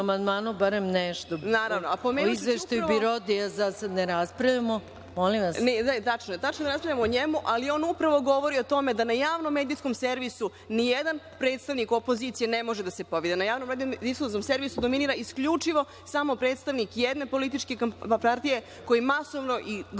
O izveštaju BIROD trenutno ne raspravljamo. **Ana Stevanović** Naravno. Tačno je, ne raspravljamo o njemu, ali on upravo govori o tome da na javnom medijskom servisu ni jedan predstavnik opozicije ne može da se pojavi. Na javnom difuznom servisu dominira isključivo samo predstavnik jedne političke partije koji masovno i grubo